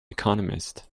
economist